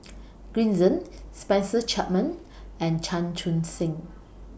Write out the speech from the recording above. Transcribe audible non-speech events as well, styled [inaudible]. [noise] Green Zeng Spencer Chapman and Chan Chun Sing